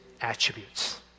attributes